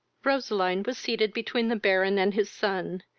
roseline was seated between the baron and his son,